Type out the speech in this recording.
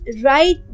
right